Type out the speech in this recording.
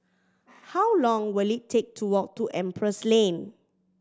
how long will it take to walk to Empress Lane